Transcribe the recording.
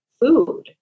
food